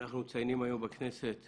אנחנו מציינים היום בכנסת